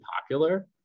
popular